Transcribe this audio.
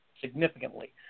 significantly